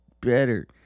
better